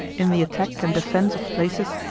in the attack and defence of places,